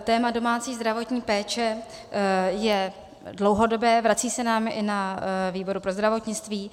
Téma domácí zdravotní péče je dlouhodobé, vrací se nám i na výbor pro zdravotnictví.